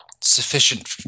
sufficient